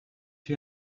you